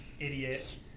idiot